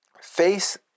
Face